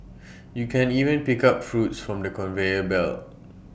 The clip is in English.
you can even pick up fruits from the conveyor belt